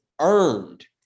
earned